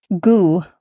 goo